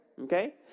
okay